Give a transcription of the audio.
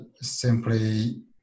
simply